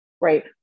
right